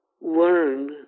learn